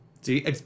see